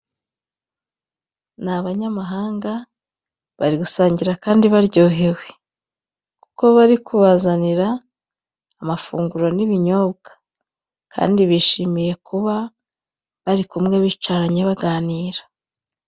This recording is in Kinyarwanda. Ni abanyamahanga bari gusangira kandi baryohewe, kuko bari kubazanira amafunguro n'ibinyobwa, kandi bishimiye kuba bari kumwe, bicaranye, baganira.